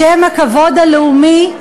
בשם הכבוד הלאומי,